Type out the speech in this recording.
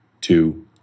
two